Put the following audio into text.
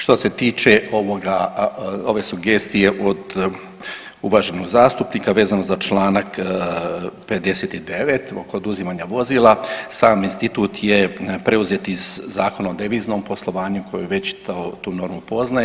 Što se tiče ove sugestije od uvaženog zastupnika vezano za čl. 59. kod uzimanja vozila, sam institut je preuzet iz Zakona o deviznom poslovanju koji već tu normu poznaje.